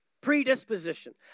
Predisposition